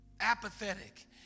apathetic